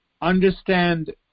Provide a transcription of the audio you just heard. understand